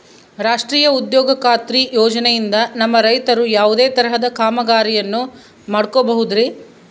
ರಾಷ್ಟ್ರೇಯ ಉದ್ಯೋಗ ಖಾತ್ರಿ ಯೋಜನೆಯಿಂದ ನಮ್ಮ ರೈತರು ಯಾವುದೇ ತರಹದ ಕಾಮಗಾರಿಯನ್ನು ಮಾಡ್ಕೋಬಹುದ್ರಿ?